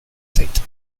zait